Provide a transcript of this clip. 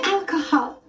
Alcohol